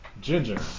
Ginger